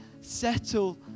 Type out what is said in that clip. settle